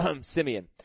Simeon